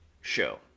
show